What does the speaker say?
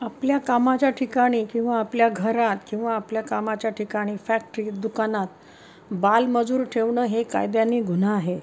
आपल्या कामाच्या ठिकाणी किंवा आपल्या घरात किंवा आपल्या कामाच्या ठिकाणी फॅक्टरी दुकानात बालमजूर ठेवणं हे कायद्याने गुन्हा आहे